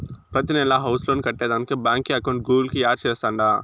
ప్రతినెలా house loan కట్టేదానికి బాంకీ అకౌంట్ గూగుల్ కు యాడ్ చేస్తాండా